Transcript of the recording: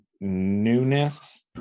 newness